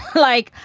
like,